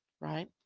right